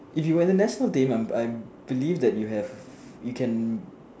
if you were in the national team I I believe that you have you can